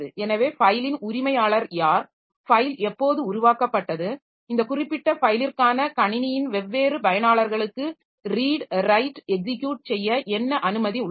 எனவே ஃபைலின் உரிமையாளர் யார் ஃபைல் எப்போது உருவாக்கப்பட்டது இந்த குறிப்பிட்ட ஃபைலிற்கான கணினியின் வெவ்வேறு பயனாளர்களுக்கு ரீட் ரைட் எக்ஸிக்யூட் செய்ய என்ன அனுமதி உள்ளது